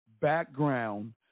background